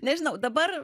nežinau dabar